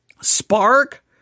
Spark